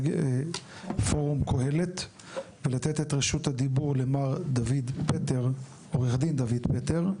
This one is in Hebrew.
פורום קהלת ולתת את רשות הדיבור לעורך דין דויד פטר,